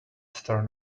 stern